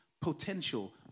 Potential